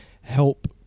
help